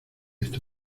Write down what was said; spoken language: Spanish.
estar